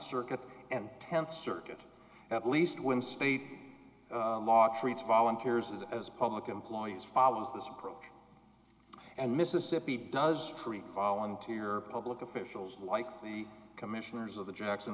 circuit and th circuit at least when state law treats volunteers as public employees follows this approach and mississippi does volunteer public officials likely commissioners of the jackson